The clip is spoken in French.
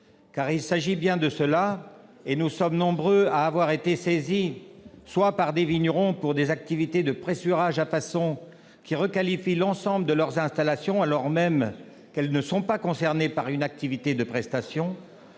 qu'il s'agit bien de cela : nous sommes nombreux à avoir été saisis soit par des vignerons pour des activités de pressurage à façon qui requalifient l'ensemble de leurs installations alors même qu'elles ne sont pas concernées par une activité de prestation,